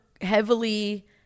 heavily